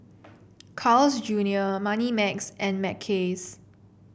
Carl's Junior Moneymax and Mackays